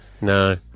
No